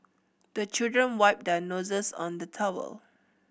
the children wipe their noses on the towel